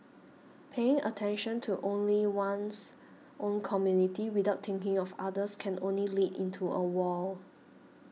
paying attention only to one's own community without thinking of others can only lead into a wall